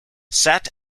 sat